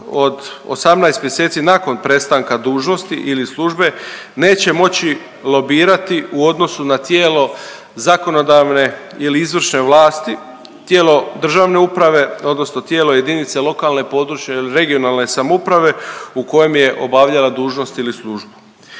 od 18 mjeseci nakon prestanka dužnosti ili službe neće moći lobirati u odnosu na tijelo zakonodavne ili izvršne vlasti, tijelo državne uprave, odnosno tijelo jedinice lokalne i područne (regionalne) samouprave u kojem je obavljala dužnost ili službu.